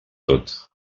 tot